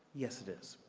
yes, it is.